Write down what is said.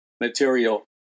material